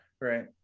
right